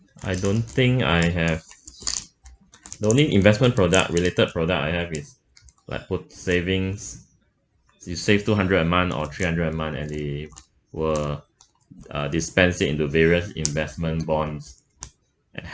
I don't think I have the only investment product related product I have is like what savings you saved two hundred a month or three hundred a month and they will uh dispensed it into various investment bonds